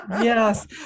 yes